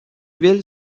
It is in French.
huile